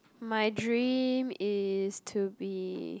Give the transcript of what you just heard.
my dream is to be